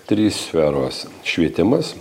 trys sferos švietimas